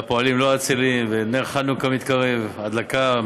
והפועלים לא עצלים, ונר חנוכה מתקרב, הדלקה